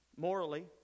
Morally